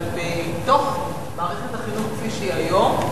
אבל בתוך מערכת החינוך כפי שהיא היום,